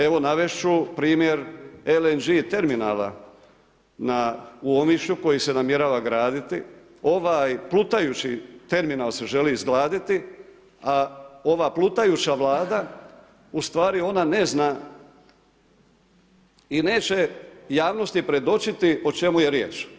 Evo, navesti ću primjer LNG terminala, na Omišlju koji se namjerava graditi, ovaj plutajući terminal se želi izgraditi i ova plutajuća Vlada ustvari ona ne zna i neće javnosti predočiti o čemu je riječ.